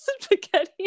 Spaghetti